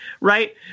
right